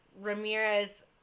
Ramirez